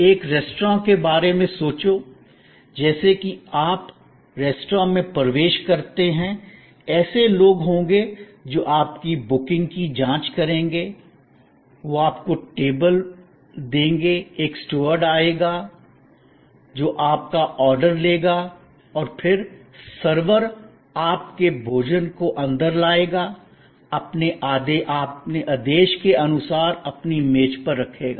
एक रेस्तरां के बारे में सोचो जैसे ही आप रेस्तरां में प्रवेश करते हैं ऐसे लोग होंगे जो आपकी बुकिंग की जांच करेंगे वे आपको टेबल पर देंगे एक स्टूवर्ड आएगा जो आपका ऑर्डर लेगा और फिर सर्वर आपके भोजन को अंदर लाएगा अपने आदेश के अनुसार अपनी मेज पर रखेगा